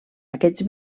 aquests